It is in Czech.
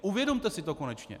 Uvědomte si to konečně.